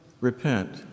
Repent